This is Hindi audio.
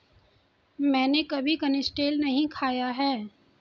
मैंने कभी कनिस्टेल नहीं खाया है